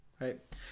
right